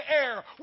air